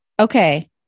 okay